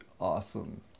awesome